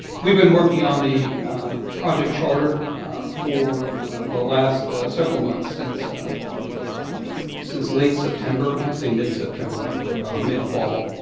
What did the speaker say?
we've been working on the project charter for the last several months, since um since late september i'd say mid-september, or mid-fall.